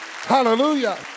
hallelujah